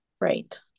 Right